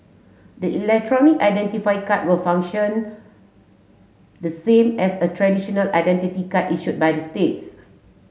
the electronic identity card will function the same as a traditional identity card issued by the states